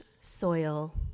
soil